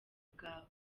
bwawe